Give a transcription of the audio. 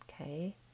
Okay